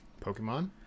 Pokemon